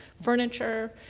furniture,